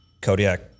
Kodiak